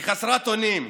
היא חסרת אונים.